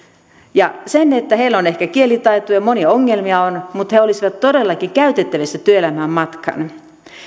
heillä on ehkä kielitaitoa ja monia ongelmia on mutta kun he olisivat todellakin käytettävissä työelämään matkaan